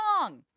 wrong